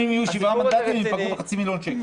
אם הם יהיו שבעה מנדטים הם ייפגעו בחצי מיליון שקל.